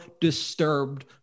disturbed